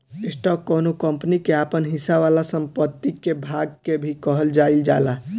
stock कौनो company के आपन हिस्सा वाला संपत्ति के भाग के भी कहल जाइल जाला